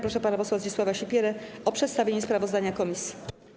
Proszę pana posła Zdzisława Sipierę o przedstawienie sprawozdania komisji.